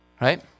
Right